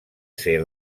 ser